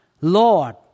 Lord